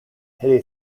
hit